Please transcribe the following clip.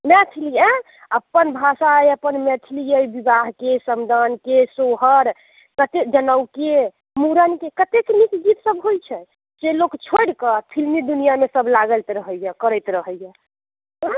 मैथिली यऽ अपन भाषा अइ अपन मैथिली अइ बिआहके समदाउनके सोहर जते जनउके मुड़नके कतेक नीक गीत सब होइत छै से लोक छोड़िकऽ फिल्मी दुनियामे सब लागल रहैया करैत रहैया